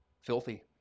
filthy